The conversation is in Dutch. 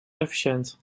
efficiënt